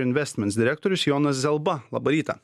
investments direktorius jonas zelba labą rytą